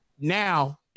now